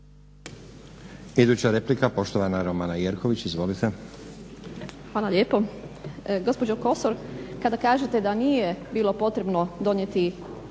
Hvala lijepo.